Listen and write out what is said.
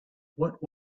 what